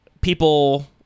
people